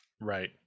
Right